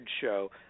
Show